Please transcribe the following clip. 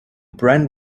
brand